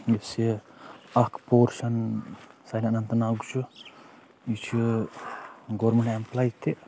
یُس یہِ اَکھ پورشَن سانہِ اننت ناگ چھُ یہ چھُ گورمینٹ اٮ۪مپٕلاے تہِ